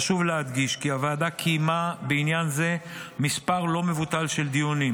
חשוב להדגיש כי הוועדה קיימה בעניין זה מספר לא מבוטל של דיונים,